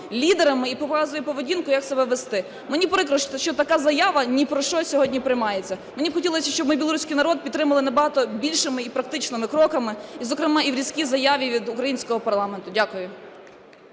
лідерами і показують поведінку, як себе вести. Мені прикро, що така заява ні про що сьогодні приймається. Мені б хотілося, щоб ми білоруський народ підтримали набагато більшими і практичними кроками, і, зокрема, і в різкій заяві від українського парламенту. Дякую.